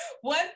one